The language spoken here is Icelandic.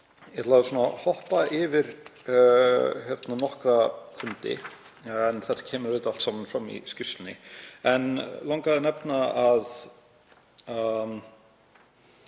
Ég ætla að hoppa yfir nokkra fundi, þetta kemur allt saman fram í skýrslunni, en mig langar að nefna að